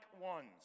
ones